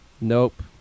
Nope